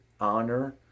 honor